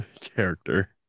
character